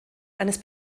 eines